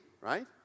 right